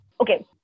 Okay